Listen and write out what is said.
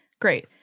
Great